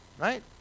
right